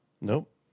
Nope